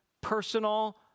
personal